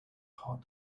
heart